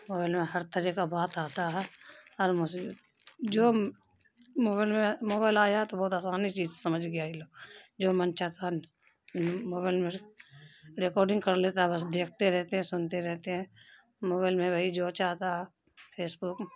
mobile میں ہر طرح کا بات آتا ہے ہر جو موبائل میں موبائل آیا تو بہت آسانی چیز سمجھ گیا ای لوگ جو من چاہتا ہے موبائل میں ریکارڈنگ کر لیتا ہے بس دیکھتے رہتے ہیں سنتے رہتے ہیں موبائل میں وہی جو چاہتا فیس بک